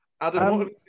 Adam